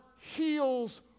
heals